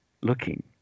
looking